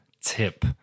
tip